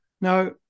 Now